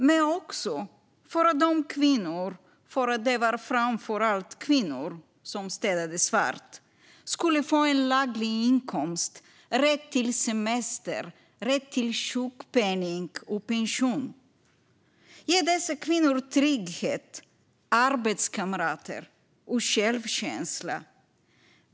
Men det var också för att de kvinnor, det var ju framför allt kvinnor, som städade svart skulle få en laglig inkomst och rätt till semester, sjukpenning och pension. Det skulle ge dem trygghet, arbetskamrater och självkänsla.